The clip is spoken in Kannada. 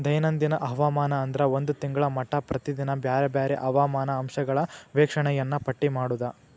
ದೈನಂದಿನ ಹವಾಮಾನ ಅಂದ್ರ ಒಂದ ತಿಂಗಳ ಮಟಾ ಪ್ರತಿದಿನಾ ಬ್ಯಾರೆ ಬ್ಯಾರೆ ಹವಾಮಾನ ಅಂಶಗಳ ವೇಕ್ಷಣೆಯನ್ನಾ ಪಟ್ಟಿ ಮಾಡುದ